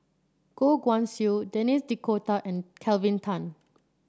Goh Guan Siew Denis D'Cotta and Kelvin Tan